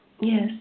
Yes